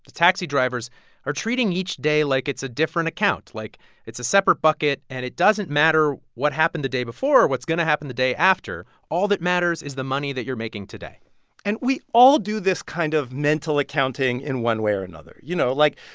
taxi drivers are treating each day like it's a different account, like it's a separate bucket and it doesn't matter what happened the day before or what's going to happen the day after. all that matters is the money that you're making today and we all do this kind of mental accounting in one way or another. you know, like,